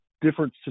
different